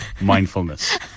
mindfulness